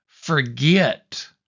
forget